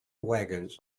wagons